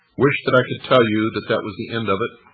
wish that i could tell you that that was the end of it,